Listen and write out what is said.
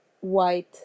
white